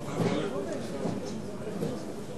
רבותי, אני מזמין את חבר הכנסת אילן גילאון.